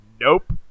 Nope